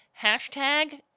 hashtag